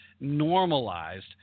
normalized